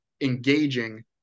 engaging